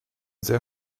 sehr